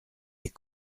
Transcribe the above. les